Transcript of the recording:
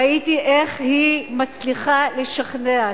ראיתי איך היא מצליחה לשכנע.